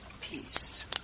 peace